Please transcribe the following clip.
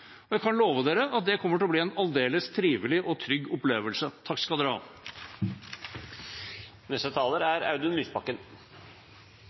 Jeg kan love dem at det kommer til å bli en aldeles trivelig og trygg opplevelse.